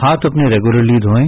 हाथ अपने रेग्येलरली धोएं